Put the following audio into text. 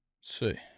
see